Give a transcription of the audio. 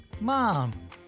Mom